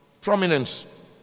prominence